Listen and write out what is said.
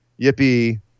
Yippee